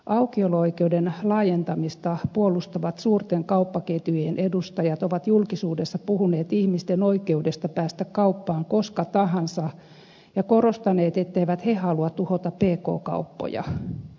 aukiolo oikeuden laajentamista puolustavat suurten kauppaketjujen edustajat ovat julkisuudessa puhuneet ihmisten oikeudesta päästä kauppaan koska tahansa ja korostaneet etteivät he halua tuhota pk kauppoja